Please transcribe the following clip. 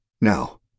Now